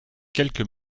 quelques